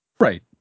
right